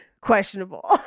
questionable